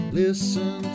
listen